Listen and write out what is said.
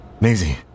Maisie